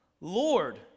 Lord